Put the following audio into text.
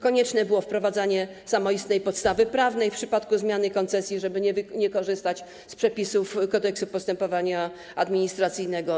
Konieczne było wprowadzanie samoistnej podstawy prawnej w przypadku zmiany koncesji, żeby nie korzystać z przepisów Kodeksu postępowania administracyjnego.